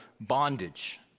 bondage